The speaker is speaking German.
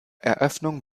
eröffnung